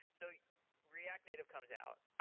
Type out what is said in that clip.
so react native comes out,